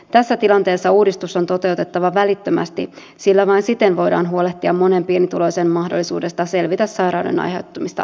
tässä tilanteessa uudistus on toteutettava välittömästi sillä vain siten voidaan huolehtia monen pienituloisen mahdollisuudesta selvitä sairauden aiheuttamista lisämenoista